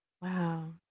Wow